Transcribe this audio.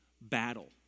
battle